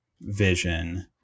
vision